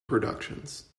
productions